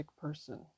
person